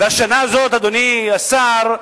השנה הזאת, אדוני השר,